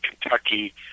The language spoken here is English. Kentucky